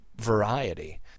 variety